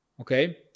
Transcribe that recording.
Okay